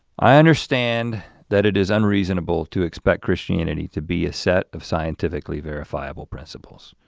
i understand that it is unreasonable to expect christianity to be a set of scientifically verifiable principles.